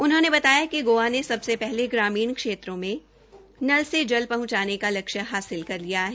उन्होंने बताया कि गोवा ने सबसे पहले ग्रामीण क्षेत्रों में नल से जल पहंचाने का लक्ष्य हासिल कर लिया है